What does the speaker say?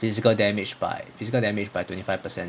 physical damage by physical damage by twenty five percent